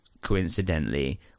coincidentally